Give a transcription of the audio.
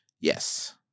Yes